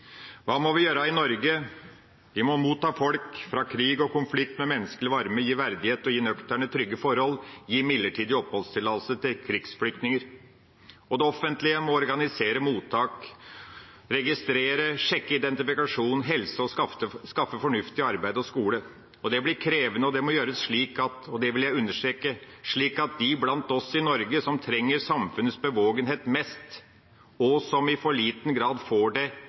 Hva må vi gjøre i Norge? Vi må motta folk fra krig og konflikt med menneskelig varme, gi verdighet og gi nøkterne, trygge forhold og gi midlertidig oppholdstillatelse til krigsflyktninger. Det offentlige må organisere mottak, registrere, sjekke identifikasjon, helse og skaffe fornuftig arbeid og skole. Det blir krevende, og det må gjøres slik – det vil jeg understreke – at de blant oss i Norge som trenger samfunnets bevågenhet mest, og som i for liten grad får det,